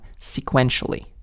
sequentially